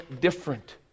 different